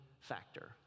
factor